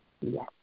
Yes